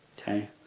okay